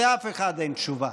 לאף אחד אין תשובה.